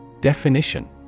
Definition